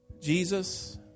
Jesus